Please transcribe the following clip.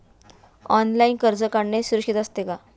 Online कर्ज काढणे सुरक्षित असते का?